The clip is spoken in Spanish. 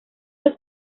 los